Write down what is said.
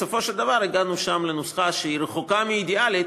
בסופו של דבר הגענו שם לנוסחה שהיא רחוקה מהאידיאלית,